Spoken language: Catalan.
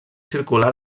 circular